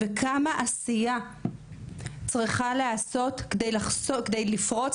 וכמה עשייה צריכה לעשות כדי לעשות כדי לפרוץ